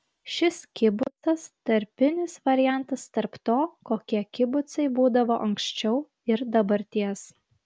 šis kibucas tarpinis variantas tarp to kokie kibucai būdavo anksčiau ir dabarties